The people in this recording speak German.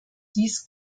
dies